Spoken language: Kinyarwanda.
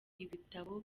ibitabo